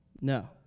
No